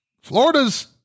Florida's